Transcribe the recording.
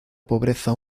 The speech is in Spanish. pobreza